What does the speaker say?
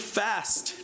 fast